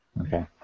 Okay